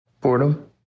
Boredom